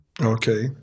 Okay